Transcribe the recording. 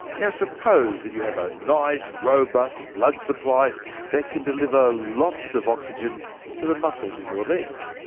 now suppose that you have a nice robust blood supply that can deliver lots of oxygen to the muscles in your legs.